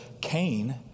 Cain